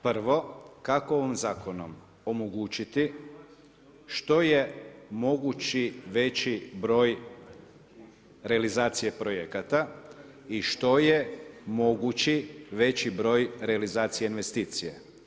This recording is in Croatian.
Prvo, kako ovim zakonom omogućiti što je mogući veći broj realizacije projekata i što je mogući veći broj realizacije investicije?